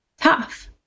tough